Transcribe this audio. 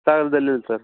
ಸಾಗ್ರದಲ್ಲಿ ಎಲ್ಲಿ ಸರ್